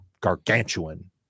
gargantuan